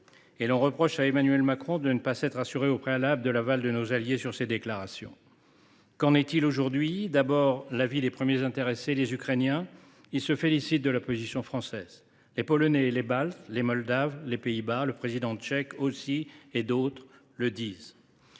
et l’on reproche à Emmanuel Macron de ne pas s’être assuré au préalable de l’aval de nos alliés quant à ses déclarations. Qu’en est il aujourd’hui ? Pour ce qui est de l’avis des premiers intéressés, les Ukrainiens, ils se félicitent de la position française. Les Polonais, les Baltes, les Moldaves, les Néerlandais, le président tchèque et d’autres encore